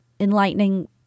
enlightening